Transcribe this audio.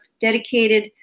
dedicated